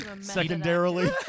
secondarily